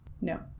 no